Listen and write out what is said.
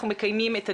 אנחנו נחשפים כל